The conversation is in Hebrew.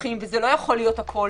פותחים וזה לא יכול להיות הכול.